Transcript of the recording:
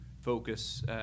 focus